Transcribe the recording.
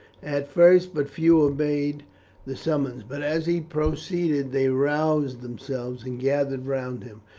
at first but few obeyed the summons, but as he proceeded they roused themselves and gathered round him,